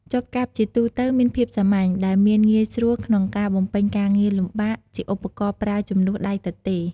ចបកាប់ជាទូទៅមានភាពសាមញ្ញ ដែលមានងាយស្រួលក្នុងការបំពេញការងារលំបាក ជាឧបករណ៍ប្រើជំនួសដៃទទេរ។